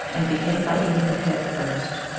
and begin by eating the head first.